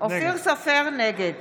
נגד